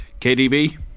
KDB